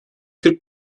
kırk